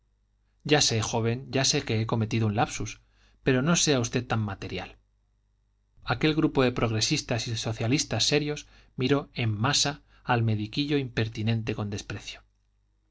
ya sé joven ya sé que he cometido un lapsus pero no sea usted tan material aquel grupo de progresistas y socialistas serios miró en masa al mediquillo impertinente con desprecio